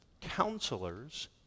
counselors